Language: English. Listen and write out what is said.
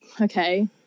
okay